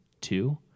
two